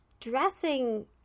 dressing